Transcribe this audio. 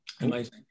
Amazing